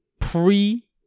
pre